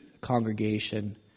congregation